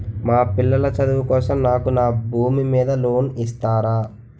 మా పిల్లల చదువు కోసం నాకు నా భూమి మీద లోన్ ఇస్తారా?